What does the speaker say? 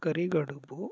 ಕರಿಗಡುಬು